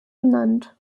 benannt